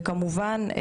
וכמובן,